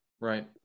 right